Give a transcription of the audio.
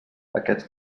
aquests